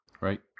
Right